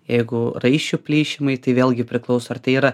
jeigu raiščių plyšimai tai vėlgi priklauso ar tai yra